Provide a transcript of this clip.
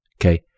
Okay